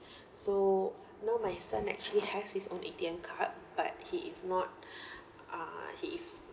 so now my son actually has his own A_T_M card but he is not uh he is